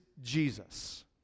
Jesus